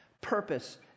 purpose